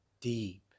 deep